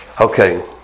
Okay